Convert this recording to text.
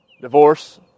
divorce